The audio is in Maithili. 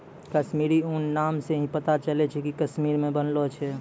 कश्मीरी ऊन नाम से ही पता चलै छै कि कश्मीर मे बनलो छै